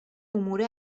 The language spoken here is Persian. امور